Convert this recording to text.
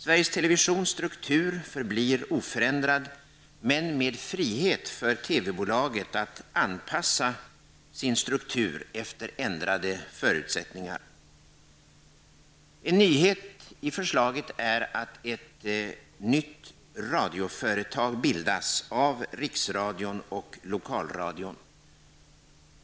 Sveriges Televisions struktur förblir oförändrad, men med viss frihet för TV-bolaget att anpassa sin struktur efter ändrade förutsättningar. En nyhet i förslaget är att ett nytt radioföretag bildas av Riksradion och Lokalradion.